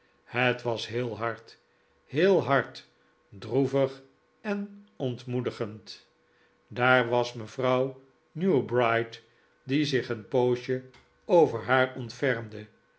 het was heel hard heel hard droevig en ontmoedigend daar was mevrouw newbright die zich een poosje over haar